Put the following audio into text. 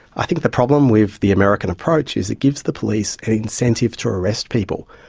i think the problem with the american approach is it gives the police an incentive to arrest people,